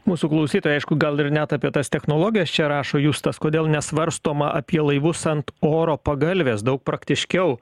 mūsų klausytojai aišku gal ir net apie tas technologijas čia rašo justas kodėl nesvarstoma apie laivus ant oro pagalvės daug praktiškiau